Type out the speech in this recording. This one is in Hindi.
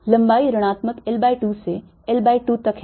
लंबाई ऋणात्मक L by 2 से L by 2 तक है